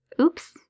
oops